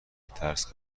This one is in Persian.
ترس